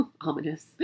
Ominous